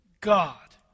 God